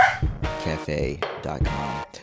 ...cafe.com